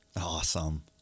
Awesome